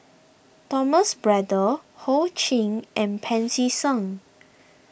Thomas Braddell Ho Ching and Pancy Seng